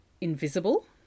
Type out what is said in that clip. invisible